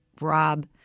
Rob